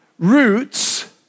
Roots